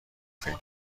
فکر